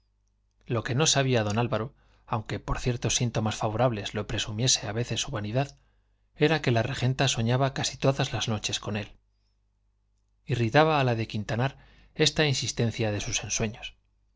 lo que no sabía don álvaro aunque por ciertos síntomas favorables lo presumiese a veces su vanidad era que la regenta soñaba casi todas las noches con él irritaba a la de quintanar esta insistencia de sus ensueños